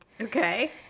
Okay